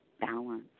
balance